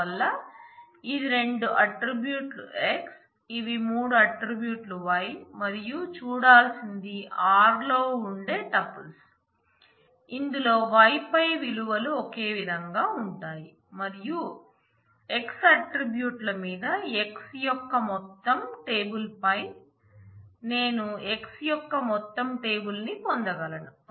అందువల్ల ఇది రెండు ఆట్రిబ్యూట్లు X ఇవి మూడు ఆట్రిబ్యూట్లు Y మరియు చూడాల్సినది Rలో ఉండే టూపుల్స్ ఇందులో Y పై విలువలు ఒకేవిధంగా ఉంటాయి మరియు X ఆట్రిబ్యూట్ల మీద X యొక్క మొత్తం టేబుల్ పై నేను X యొక్క మొత్తం టేబుల్ ని పొందగలను